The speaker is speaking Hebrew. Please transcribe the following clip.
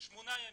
שמונה ימים,